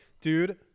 dude